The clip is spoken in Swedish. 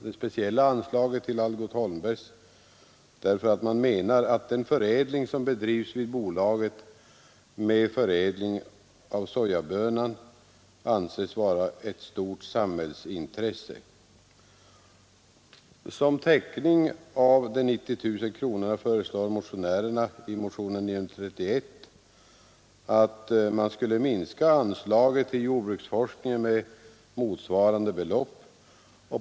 Det speciella anslaget till Algot Holmberg och Söner AB bör enligt motionärerna höjas emedan det växtförädlingsarbete som bedrivs av företaget, främst beträffande sojabönan, anses vara ett stort samhällsintresse. För att täcka denna ökade kostnad föreslår motionärerna i motionen 931 att anslaget till jordbruksforskning minskas med motsvarande belopp.